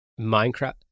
Minecraft